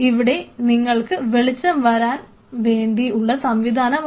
ഇവിടെ നിങ്ങൾക്ക് വെളിച്ചം വരാൻ വേണ്ടി ഉള്ള സംവിധാനവുമുണ്ട്